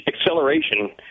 acceleration